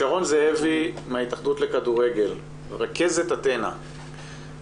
עכשיו שרון זאבי מההתאחדות לכדורגל, רכזת "אתנה".